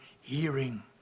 hearing